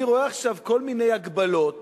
אני רואה עכשיו כל מיני הגבלות